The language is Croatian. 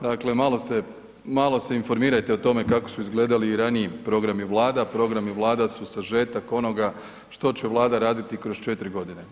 Dakle, malo se informirajte o tome kako su izgledali i raniji programi Vlada, programi Vlada su sažetak onoga što će Vlada raditi kroz 4 godine.